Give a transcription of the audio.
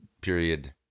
period